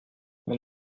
mon